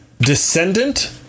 descendant